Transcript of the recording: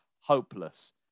hopeless